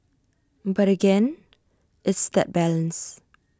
but again it's that balance